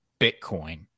Bitcoin